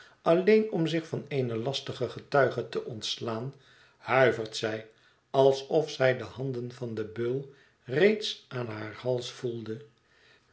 alleen om zich van eene lastige getuige te ontslaan huivert zij alsof zij de handen van den beul reeds aan haar hals voelde